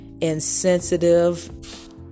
insensitive